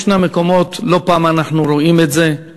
ישנם מקומות, לא פעם אנחנו רואים את זה על